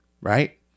right